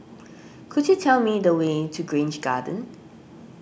could you tell me the way to Grange Garden